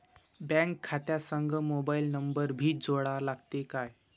Bank खात्या संग mobile number भी जोडा लागते काय?